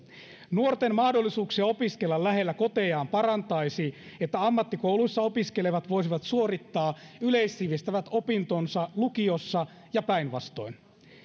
nuorten mahdollisuuksia opiskella lähellä kotejaan parantaisi se että ammattikouluissa opiskelevat voisivat suorittaa yleissivistävät opintonsa lukiossa ja päinvastoin